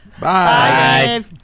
Bye